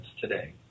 today